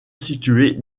située